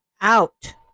out